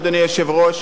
אדוני היושב-ראש,